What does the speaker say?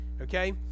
Okay